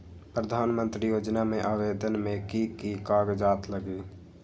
प्रधानमंत्री योजना में आवेदन मे की की कागज़ात लगी?